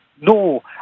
no